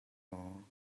maw